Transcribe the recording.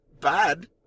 bad